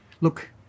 Look